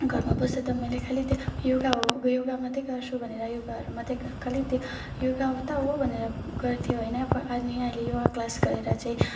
घरमा बस्दा त मैले खालि त्यो योगा अब योगा मात्रै गर्छु भनेर योगाहरू मात्रै खालि त्यो योगा त हो भनेर गर्थ्यो होइन अनि अहिले योगा क्लास गरेर चाहिँ